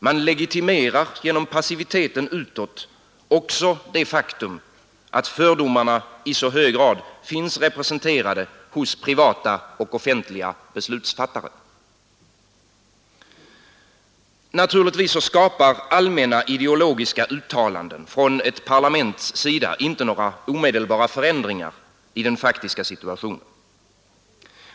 Man legitimerar genom passiviteten utåt också det faktum att fördomarna i så hög grad finns representerade hos privata och offentliga beslutsfattare. Naturligtvis skapar allmänna ideologiska uttalanden från ett parlaments sida inte några omedelbara ändringar i den faktiska situationen.